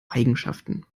eigenschaften